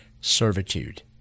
servitude